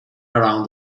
around